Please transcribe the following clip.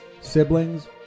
siblings